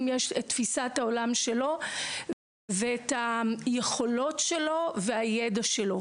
יש את תפישת העולם שלו ואת היכולות שלו והידע שלו.